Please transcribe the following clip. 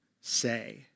say